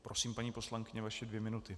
Prosím, paní poslankyně, vaše dvě minuty.